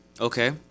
Okay